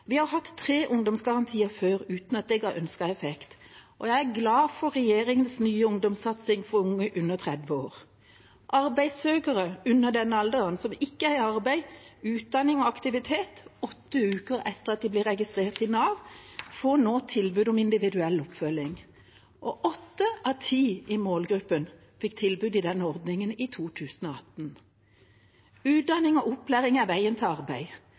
vi har hatt tre ungdomsgarantier før uten at det ga ønsket effekt. Jeg er glad for regjeringas nye ungdomssatsing for unge under 30 år. Arbeidssøkere under denne alderen som ikke er i arbeid, utdanning eller aktivitet åtte uker etter at de ble registrert i Nav, får nå tilbud om individuell oppfølging. Og åtte av ti i målgruppa fikk tilbud i denne ordningen i 2018. Utdanning og opplæring er veien til arbeid